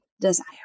desire